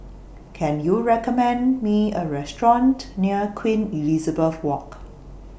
Can YOU recommend Me A Restaurant near Queen Elizabeth Walk